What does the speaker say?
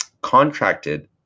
contracted